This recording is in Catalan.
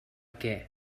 què